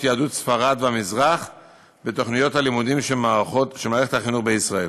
יהדות ספרד והמזרח בתוכניות הלימודים של מערכת החינוך בישראל.